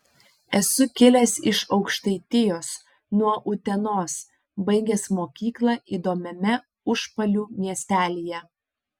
esu kilęs iš aukštaitijos nuo utenos baigęs mokyklą įdomiame užpalių miestelyje